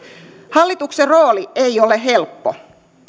hallituksen rooli ei ole helppo